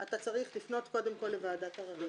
אתה צריך לפנות קודם כול לוועדת העררים